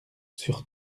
sur